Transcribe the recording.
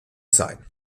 sein